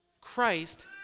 Christ